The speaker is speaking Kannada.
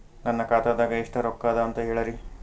ನನ್ನ ಖಾತಾದಾಗ ಎಷ್ಟ ರೊಕ್ಕ ಅದ ಅಂತ ಹೇಳರಿ?